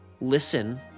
listen